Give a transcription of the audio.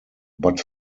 but